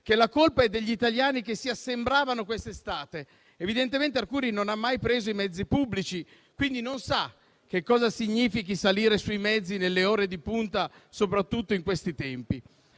che la colpa è degli italiani che si assembravano quest'estate? Evidentemente Arcuri non ha mai preso i mezzi pubblici e quindi non sa cosa significhi salire sui mezzi nelle ore di punta, soprattutto in questi tempi.